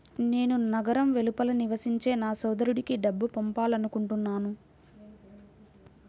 నేను నగరం వెలుపల నివసించే నా సోదరుడికి డబ్బు పంపాలనుకుంటున్నాను